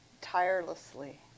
tirelessly